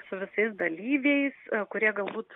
su visais dalyviais kurie galbūt